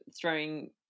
throwing